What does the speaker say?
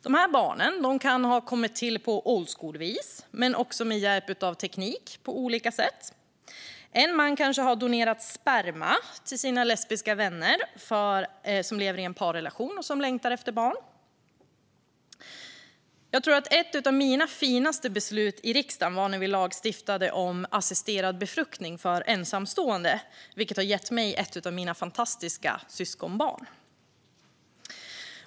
De här barnen kan ha kommit till på old school-vis men också med hjälp av teknik på olika sätt. En man kanske har donerat sperma till sina lesbiska vänner som lever i en parrelation och som längtar efter barn. Jag tror att ett av mina finaste beslut i riksdagen var när vi lagstiftade om assisterad befruktning för ensamstående, vilket har gett mig ett av mina fantastiska syskonbarn.